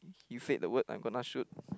he said the word I'm gonna shoot